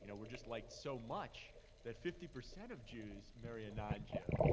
you know we're just liked so much that fifty percent of jews marry a non-jew. yeah